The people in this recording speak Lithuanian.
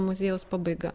muziejaus pabaiga